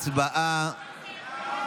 הצבעה.